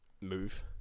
move